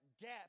gap